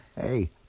Hey